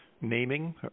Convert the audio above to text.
naming